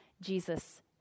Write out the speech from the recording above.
Jesus